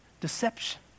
Deception